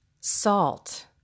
Salt